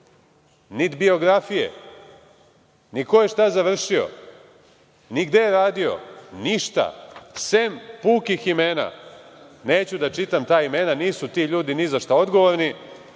nit biografije, ni ko je šta završio, ni gde je radio. Ništa, sem pukih imena. Neću da čitam ta imena, nisu ti ljudi ni za šta odgovorni.